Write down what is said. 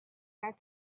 have